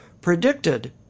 predicted